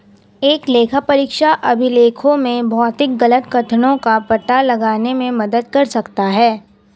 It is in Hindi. एक लेखापरीक्षक अभिलेखों में भौतिक गलत कथनों का पता लगाने में मदद कर सकता है